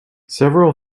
several